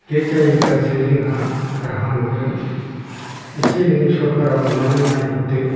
gate जायोब्लासो जोंहा राहा मोनगोन एसे एनै सरखारा अननानै नायहरदो